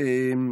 מי?